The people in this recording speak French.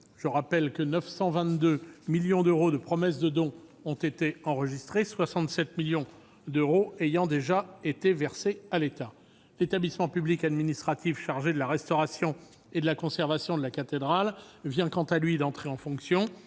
Je rappelle que 922 millions d'euros de promesses de dons ont été enregistrés, 67 millions d'euros ayant déjà été versés à l'État. L'établissement public administratif chargé de la restauration et de la conservation de la cathédrale vient, quant à lui, d'entrer en fonction.